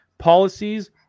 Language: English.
Policies